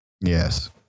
Yes